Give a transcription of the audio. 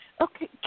Okay